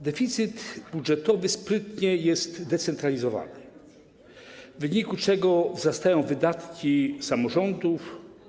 Deficyt budżetowy sprytnie jest decentralizowany, w wyniku czego wzrastają wydatki samorządów.